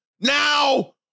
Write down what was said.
now